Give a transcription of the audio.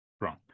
Wrong